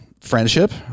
friendship